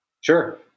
Sure